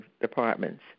departments